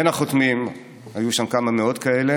בין החותמים, היו שם כמה מאות כאלה,